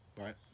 right